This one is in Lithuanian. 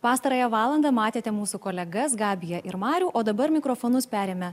pastarąją valandą matėte mūsų kolegas gabiją ir marių o dabar mikrofonus perėmę